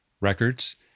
records